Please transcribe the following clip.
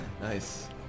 Nice